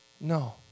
No